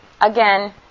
again